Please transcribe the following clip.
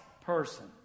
person